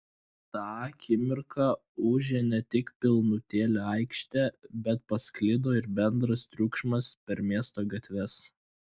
tą akimirką ūžė ne tik pilnutėlė aikštė bet pasklido ir bendras triukšmas per miesto gatves